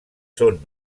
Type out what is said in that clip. són